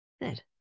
Good